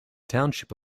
township